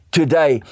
today